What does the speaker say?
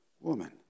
Woman